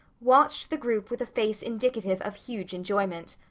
watched the group with a face indicative of huge enjoyment.